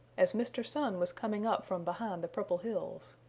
as mr. sun was coming up from behind the purple hills.